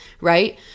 right